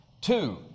Two